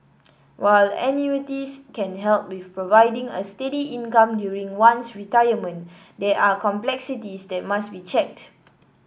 while annuities can help with providing a steady income during one's retirement there are complexities that must be checked